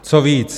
Co víc?